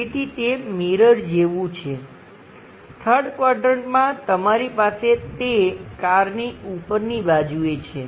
તેથી તે મિરર જેવું છે 3rd ક્વાડ્રંટમાં તમારી પાસે તે કારની ઉપરની બાજુએ છે